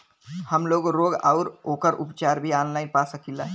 हमलोग रोग अउर ओकर उपचार भी ऑनलाइन पा सकीला?